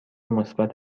مثبت